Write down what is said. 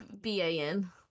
B-A-N